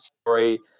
story